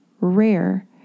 rare